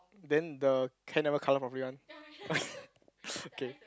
then the can never cover properly one okay